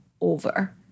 over